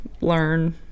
learn